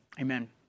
amen